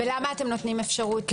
ולמה אתם נותנים אפשרות?